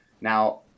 now